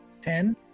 Ten